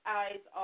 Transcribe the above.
eyes